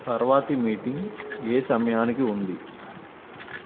తర్వాతి మీటింగ్ ఏ సమయానికి ఉంది